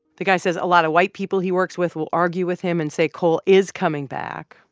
the guy says a lot of white people he works with will argue with him and say coal is coming back.